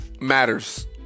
matters